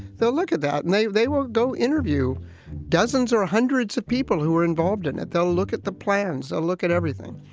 they'll look at that and they they will go interview dozens or hundreds of people who were involved in it. they'll look at the plans and look at everything.